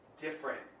different